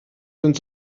sind